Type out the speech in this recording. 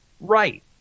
right